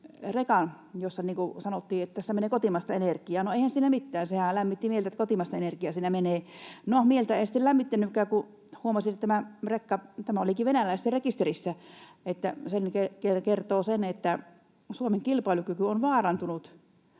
rekan, jossa sanottiin, että tässä menee kotimaista energiaa. Eihän siinä mitään, sehän lämmitti mieltä, että kotimaista energiaa siinä menee. No, mieltä ei sitten lämmittänytkään, kun huomasin, että tämä rekka olikin venäläisessä rekisterissä. Se kertoo sen, että Suomen kilpailukyky on vaarantunut.